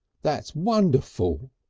that's wonderful.